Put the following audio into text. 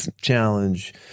challenge